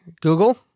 Google